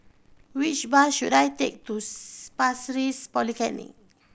which bus should I take to Pasir Ris Polyclinic